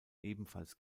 ebenfalls